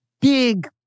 big